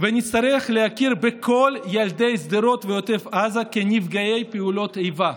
ונצטרך להכיר בכל ילדי שדרות ועוטף עזה כנפגעי פעולות איבה.